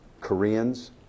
Koreans